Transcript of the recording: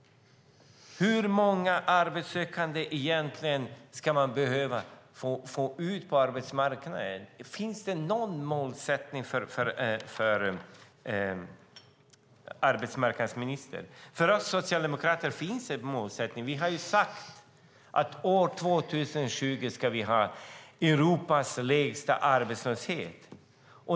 Hur många arbetssökande ska de behöva få ut på arbetsmarknaden? Finns det någon målsättning för arbetsmarknadsministern? För oss socialdemokrater finns en målsättning. Vi har sagt att år 2020 ska vi ha Europas lägsta arbetslöshet.